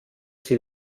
sie